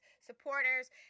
supporters